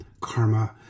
karma